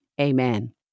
Amen